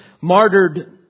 martyred